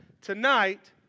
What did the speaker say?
tonight